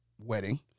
wedding